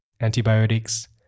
antibiotics